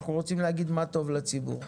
אנחנו רוצים להגיד מה טוב לציבור.